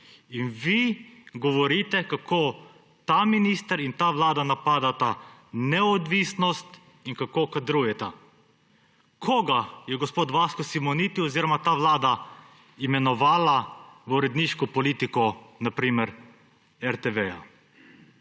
In vi govorite, kako ta minister in ta vlada napadata neodvisnost in kako kadrujeta. Koga je gospod Vasko Simoniti oziroma ta vlada imenovala v uredniško politiko na primer RTV?